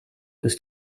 ist